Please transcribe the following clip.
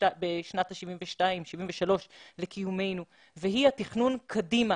בשנת ה-73 לקיומנו והיא התכנון קדימה